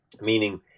meaning